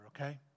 okay